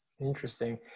Interesting